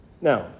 Now